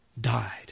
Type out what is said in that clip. died